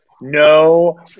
No